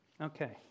Okay